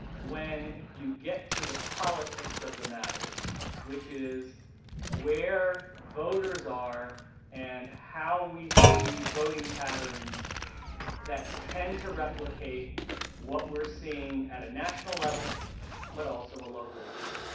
when you get to the politics of the matter which is where voters are and how we see voting patterns that tend to replicate what we're seeing at a national level but also a local level.